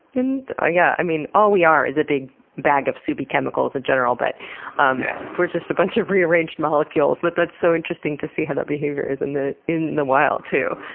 and ah yeah i mean, all we are is a big bag of soupy chemicals in general, but um we're just a bunch of rearranged molecules, but that's so interesting to see how that behavior is and in the wild too.